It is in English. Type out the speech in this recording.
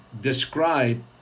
describe